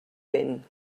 vent